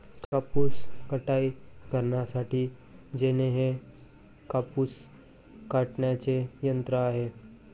कापूस कताई करण्यासाठी जेनी हे कापूस कातण्याचे यंत्र आहे